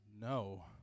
no